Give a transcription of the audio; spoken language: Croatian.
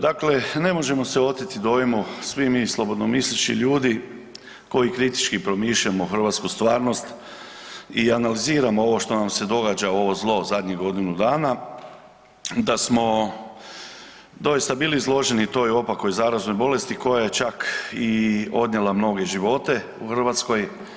Dakle, ne možemo se oteti dojmu, svi mi slobodnomisleći ljudi koji kritički promišljamo hrvatsku stvarnost i analiziramo ovo što nam se događa ovo zlo zadnjih godinu dana, da smo doista bili izloženi toj opakoj zaraznoj bolesti koja je čak i odnijela mnoge živote u Hrvatskoj.